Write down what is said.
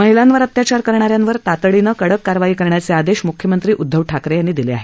महिलांवर अत्याचार करणाऱ्यांवर तातडीनं कडक कारवाई करण्याचे आदेश मुख्यमंत्री उदधव ठाकरे यांनी दिले आहेत